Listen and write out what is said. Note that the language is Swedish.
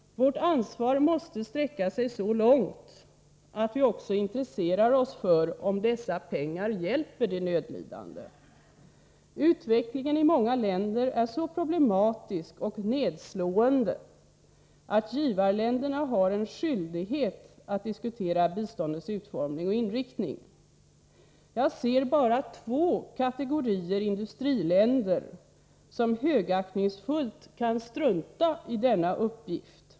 Vårt ansvar måste sträcka sig så långt att vi också intresserar oss för om dessa pengar hjälper de nödlidande. Utvecklingen i många länder är så problematisk och nedslående att givarländerna har en skyldighet att diskutera biståndets utformning och inriktning. Jag ser bara två kategorier industriländer som högaktningsfullt kan strunta i denna uppgift.